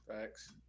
Facts